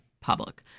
public